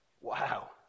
Wow